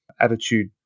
attitude